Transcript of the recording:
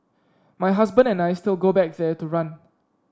my husband and I still go back there to run